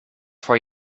for